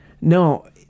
No